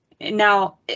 Now